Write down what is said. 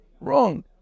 wrong